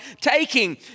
taking